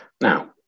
Now